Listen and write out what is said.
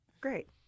Great